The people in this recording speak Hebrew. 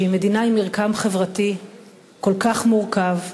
שהיא מדינה עם מרקם חברתי כל כך מורכב,